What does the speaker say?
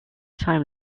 time